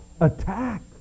attack